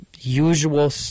usual